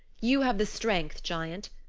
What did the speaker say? you have the strength, giant.